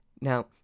Now